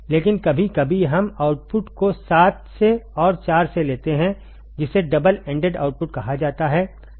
लेकिन कभी कभी हम आउटपुट को 7 से और 4 से लेते हैं जिसे डबल एंडेड आउटपुट कहा जाता है